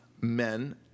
men